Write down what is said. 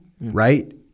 right